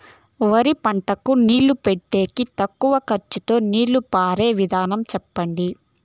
వరి పంటకు నీళ్లు పెట్టేకి తక్కువ ఖర్చుతో నీళ్లు పారే విధం చెప్పండి?